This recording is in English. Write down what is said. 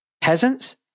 peasants